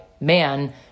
man